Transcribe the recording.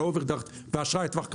על אוברדרפט ואשראי לטווח קצר.